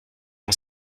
mon